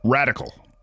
Radical